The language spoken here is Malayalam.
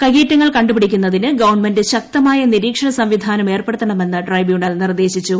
കൈയ്യേറ്റങ്ങൾ കണ്ടുപിടിക്കുന്നതിന് ഗവൺമെന്റ് ശക്തമായ നിരീക്ഷണ സംവിധാനം ഏർപ്പെടുത്തണമെന്ന് ട്രൈബ്യൂണൽ നിർദ്ദേശിച്ചു